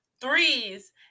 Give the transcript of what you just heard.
threes